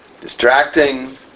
Distracting